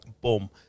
boom